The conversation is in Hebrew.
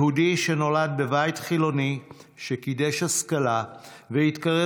יהודי שנולד בבית חילוני שקידש השכלה והתקרב